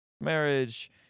marriage